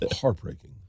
heartbreaking